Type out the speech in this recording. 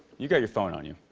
you got your phone on you.